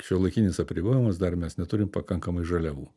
šiuolaikinis apribojimas dar mes neturim pakankamai žaliavų